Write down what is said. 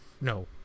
no